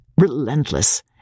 relentless